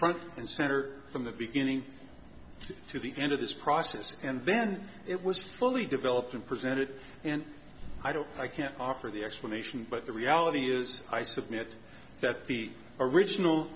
and center from the beginning to the end of this process and then it was fully developed and presented and i don't i can't offer the explanation but the reality is i submit that the original